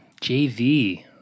JV